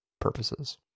purposes